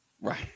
right